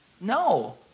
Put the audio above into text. No